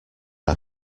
our